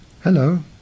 Hello